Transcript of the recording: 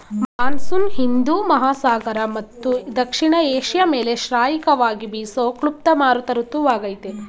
monsoon ಹಿಂದೂ ಮಹಾಸಾಗರ ಮತ್ತು ದಕ್ಷಿಣ ಏಷ್ಯ ಮೇಲೆ ಶ್ರಾಯಿಕವಾಗಿ ಬೀಸೋ ಕ್ಲುಪ್ತ ಮಾರುತ ಋತುವಾಗಯ್ತೆ